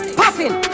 popping